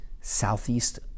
southeast